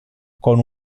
con